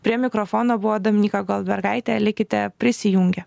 prie mikrofono buvo dominyka goldbergaitė likite prisijungę